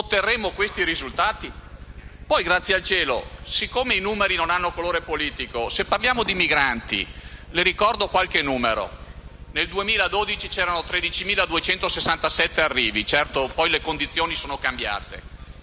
otterremo questi risultati». Poi, grazie al cielo, siccome i numeri non hanno colore politico, se parliamo di migranti, le posso ricordare qualche numero: nel 2012 ci sono stati 13.267 arrivi. Certo, poi le condizioni sono cambiate,